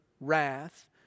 wrath